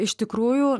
iš tikrųjų